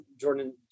jordan